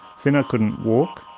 then i couldn't walk,